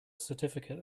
certificate